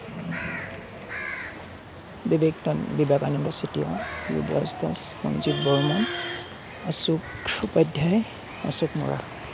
Vivekananda Chetia Jogesh Das Manjit Barman Ashok Upadhyay Ashok Moran